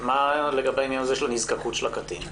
ומה לגבי הנזקקות של הקטין?